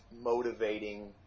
motivating